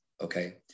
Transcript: okay